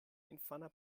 infana